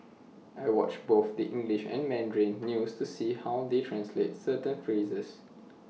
I watch both the English and Mandarin news to see how they translate certain phrases